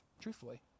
truthfully